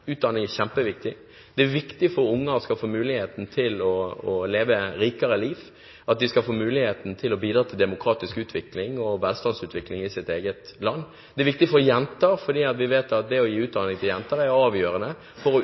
Utdanning er kjempeviktig. Det er viktig for at unger skal få muligheten til å leve et rikere liv, at de skal få muligheten til å bidra til demokratisk utvikling og velstandsutvikling i sitt eget land. Det er viktig for jenter, for vi vet at det å gi utdanning til jenter er avgjørende for å